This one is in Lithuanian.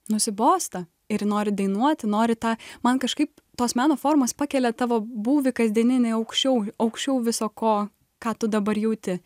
nusibosta ir nori dainuoti nori tą man kažkaip tos meno formos pakelia tavo būvį kasdieninį aukščiau aukščiau viso ko ką tu dabar jauti